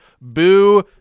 Boo